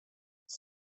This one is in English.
its